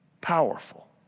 powerful